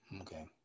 okay